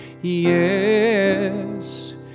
Yes